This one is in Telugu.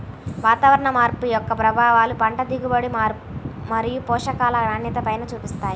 వాతావరణ మార్పు యొక్క ప్రభావాలు పంట దిగుబడి మరియు పోషకాల నాణ్యతపైన చూపిస్తాయి